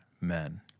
men